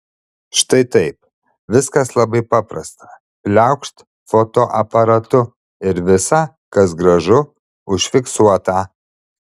štai taip viskas labai paprasta pliaukšt fotoaparatu ir visa kas gražu užfiksuota